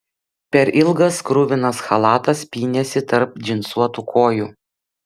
per ilgas purvinas chalatas pynėsi tarp džinsuotų kojų